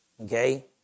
okay